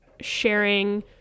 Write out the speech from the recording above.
sharing